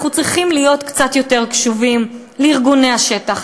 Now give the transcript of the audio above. אנחנו צריכים להיות קצת יותר קשובים לארגוני השטח,